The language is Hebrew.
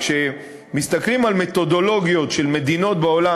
כשמסתכלים על מתודולוגיות של מדינות בעולם,